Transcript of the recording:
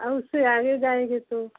आ उससे आगे जाएंगे तो